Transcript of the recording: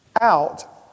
out